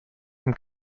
dem